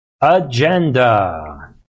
agenda